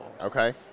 Okay